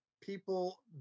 people